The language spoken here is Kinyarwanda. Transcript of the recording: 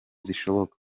zishoboka